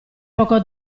poco